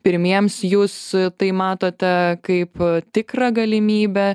pirmiems jūs tai matote kaip tikrą galimybę